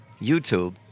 YouTube